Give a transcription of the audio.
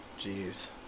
Jeez